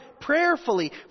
prayerfully